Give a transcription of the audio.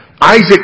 Isaac